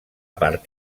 part